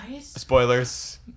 Spoilers